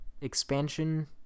expansion